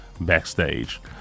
backstage